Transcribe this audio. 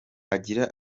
agira